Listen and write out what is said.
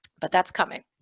but that's coming.